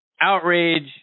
outrage